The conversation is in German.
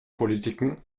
politiken